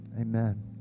amen